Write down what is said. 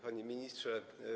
Panie Ministrze!